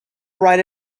write